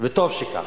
וטוב שכך.